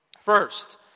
First